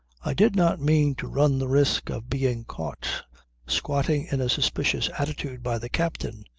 i did not mean to run the risk of being caught squatting in a suspicious attitude by the captain.